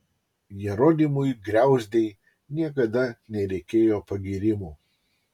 jeronimui griauzdei niekada nereikėjo pagyrimų